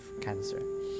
cancer